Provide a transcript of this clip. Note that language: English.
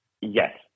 Yes